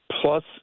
Plus